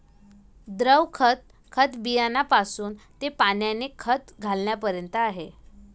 द्रव खत, खत बियाण्यापासून ते पाण्याने खत घालण्यापर्यंत आहे